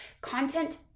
Content